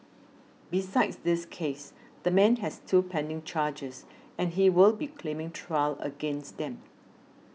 besides this case the man has two pending charges and he will be claiming trial against them